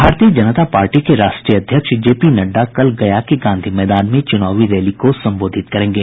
भारतीय जनता पार्टी के राष्ट्रीय अध्यक्ष जे पी नड़डा कल गया के गांधी मैदान में चुनावी रैली को संबोधित करेंगे